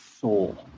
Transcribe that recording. soul